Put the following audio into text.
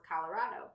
Colorado